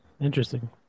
Interesting